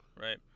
right